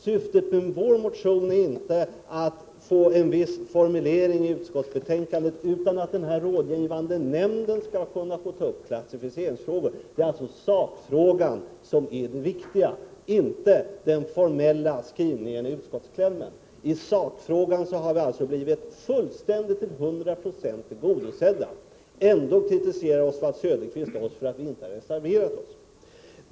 Syftet med vår motion är inte att få till stånd en viss formulering i utskottsbetänkandet, utan att den rådgivande nämnden skall få ta upp klassificeringsfrågor. Det är alltså sakfrågan som är det viktiga, inte den formella skrivningen i utskottsklämmen. I sakfrågan har vi tillgodosetts till 100 26. Ändå kritiserar Oswald Söderqvist oss för att vi inte har reserverat oss.